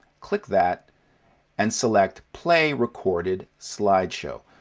click that and select play recorded slideshow